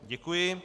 Děkuji.